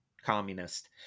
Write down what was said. communist